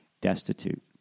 destitute